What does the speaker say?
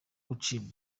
gucibwa